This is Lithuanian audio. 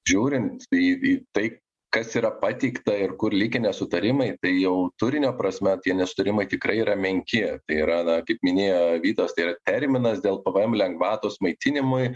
žiūrint į į tai kas yra pateikta ir kur likę nesutarimai tai jau turinio prasme tie nesutarimai tikrai yra menki tai yra na kaip minėjo vytas tai yra terminas dėl pvm lengvatos maitinimui